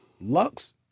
Lux